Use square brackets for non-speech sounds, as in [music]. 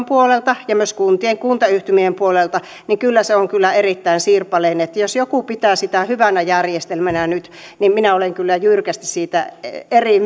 [unintelligible] puolelta ja myös kuntayhtymien puolelta niin se on erittäin sirpaleinen jos joku pitää sitä hyvänä järjestelmänä nyt niin minä olen kyllä jyrkästi siitä eri [unintelligible]